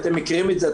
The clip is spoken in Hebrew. אתם מכירים את זה,